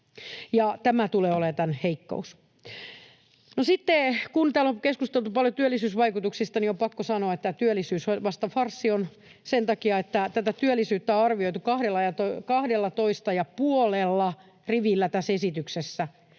tämä tulee olemaan tämän heikkous. No sitten kun täällä on keskusteltu paljon työllisyysvaikutuksista, niin on pakko sanoa, että tämä työllisyys vasta farssi on, sen takia, että työllisyyttä on arvioitu kahdellatoista